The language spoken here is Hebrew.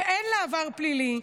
שאין לה עבר פלילי,